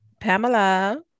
Pamela